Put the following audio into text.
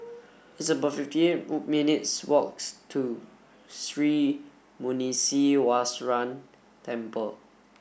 it's about fifty eight minutes' walks to Sri Muneeswaran Temple